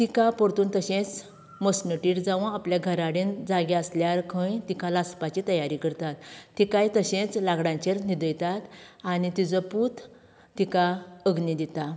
तिका परतून तशेंच मसणटेर जावं आपल्या घराडेन जागे आसल्यार खंय तिका लासपाची तयारी करतात तिकाय तशेंच लांकडाचेर न्हिदयतात आनी तिजो पूत तिका अग्नी दिता